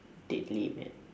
deadly man